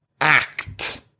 act